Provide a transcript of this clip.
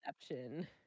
Exception